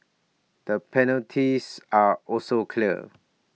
the penalties are also clear